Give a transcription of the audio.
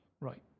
right